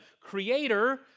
creator